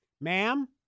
ma'am